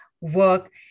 work